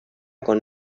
con